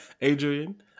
Adrian